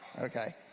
Okay